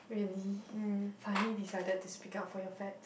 really finally decided to speak up for your fats